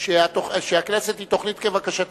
שהכנסת היא תוכנית כבקשתך.